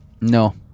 No